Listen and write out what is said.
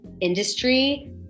industry